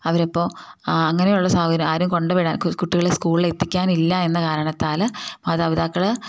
അവർ ഇപ്പോൾ അങ്ങനെയുള്ള സാഹചര്യം ആരും കൊണ്ടു വിടാൻ കുട്ടികളെ സ്കൂളിൽ എത്തിക്കാനില്ല എന്ന കാരണത്താൽ മാതാപിതാക്കൾ